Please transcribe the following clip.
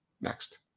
Next